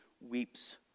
weeps